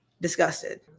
disgusted